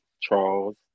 Charles